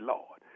Lord